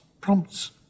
prompts